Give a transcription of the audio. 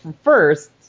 first